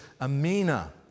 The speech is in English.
Amina